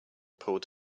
pulled